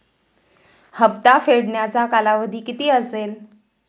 हप्ता फेडण्याचा कालावधी किती असेल?